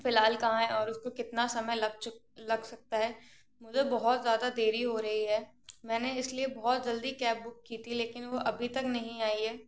फिलहाल कहाँ है और उसको कितना समय लग चूक लग सकता है मुझे बहुत ज़्या दा देरी हो रही है मैंने इस लिए बहुत जल्दी कैब बूक की ती लेकिन वो अभी तक नहीं आई है